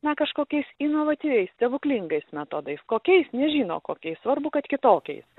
na kažkokiais inovatyviais stebuklingais metodais kokiais nežino kokiais svarbu kad kitokiais